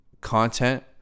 content